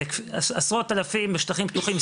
בעשרות אלפים בשטחים פתוחים,